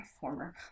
former